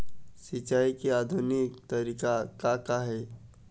सिचाई के आधुनिक तरीका का का हे?